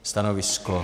Stanovisko?